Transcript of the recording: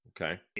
Okay